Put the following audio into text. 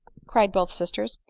cried. both sisters.